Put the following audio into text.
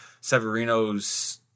Severino's